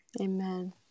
Amen